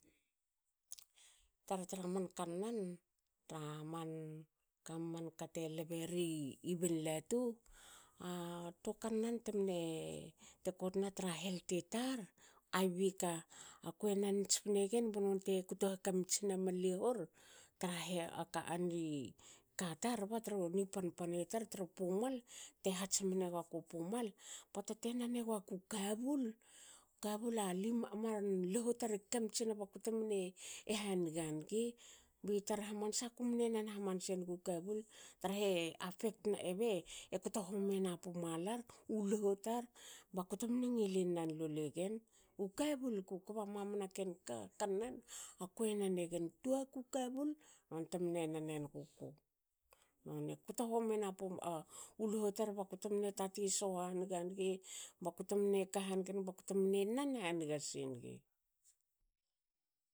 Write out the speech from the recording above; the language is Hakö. Tar tra man kannan. tra man ka manka te leberi i bin latu a toa kannan temne te kotna tra health i tar aibika. kue nan tspnegen banonte kto ha kamitsina man lihor trahe ka tar ba tru ni pan- pan i tar tru pumal te hats mne gaku pumal pota te nan e gaku kabul. kabul a man liho tar e kamtsina bakute mne haniga nigi. Bi tar hamansa kumne nan hamanse nugu kabul trahe apekt na e kto homiena pumalar uloho tar baku temne ngilin nan lole gen, u kabul ku kba mamana ken kannan akue nan egen. Tuaku kabul nonte mne nan enuguko noni kto homiena u loho tar bakute mne tati soho haniga nigi. bakute mne ka hangen nigi bakute mne nan haniga singi.